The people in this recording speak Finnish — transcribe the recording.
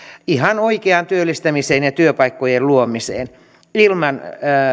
ihan oikeaan työllistämiseen ja työpaikkojen luomiseen ilman